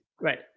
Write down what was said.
right